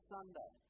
Sunday